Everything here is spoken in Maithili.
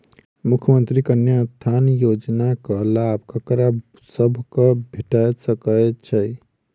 मुख्यमंत्री कन्या उत्थान योजना कऽ लाभ ककरा सभक भेट सकय छई?